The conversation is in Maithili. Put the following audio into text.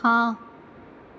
हँ